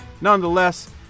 Nonetheless